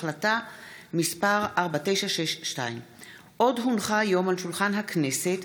החלטה מס' 4962. עוד הונחה היום על שולחן הכנסת,